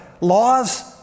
laws